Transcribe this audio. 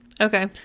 Okay